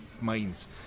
minds